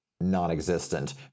non-existent